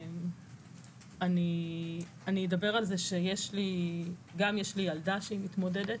אני אדבר על זה שגם יש לי ילדה שהיא מתמודדת,